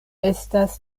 estas